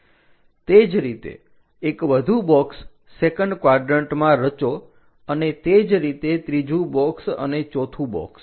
તે જ રીતે એક વધુ બોક્સ સેકન્ડ ક્વાડરન્ટમાં રચો અને તે જ રીતે ત્રીજું બોક્સ અને ચોથું બોક્સ